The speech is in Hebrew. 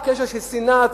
רק קשר של שנאה עצמית,